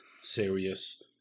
serious